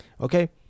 okay